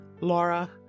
Laura